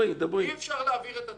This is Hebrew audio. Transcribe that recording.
אי-אפשר להעביר כך את הצעת החוק.